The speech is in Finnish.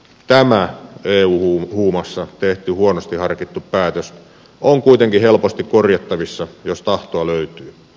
tämä eu huumassa tehty huonosti harkittu päätös on kuitenkin helposti korjattavissa jos tahtoa löytyy